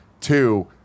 Two